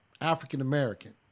African-American